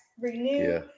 renew